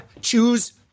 choose